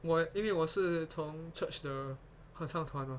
我因为我是是从 church 的合唱团 lor